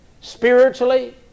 spiritually